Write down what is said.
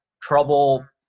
trouble